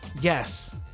yes